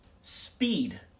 Speed